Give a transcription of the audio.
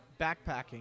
backpacking